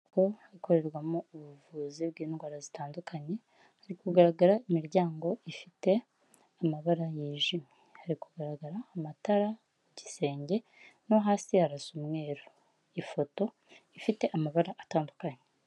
Ikorerwamo ubuvuzi bw'indwara zitandukanye hari kugaragara imiryango ifite amabara yijimye hari kugaragara amatara, gisenge, no hasi harasa umweru. Ifoto ifite amabara atandukanye.